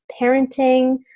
parenting